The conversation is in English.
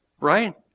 right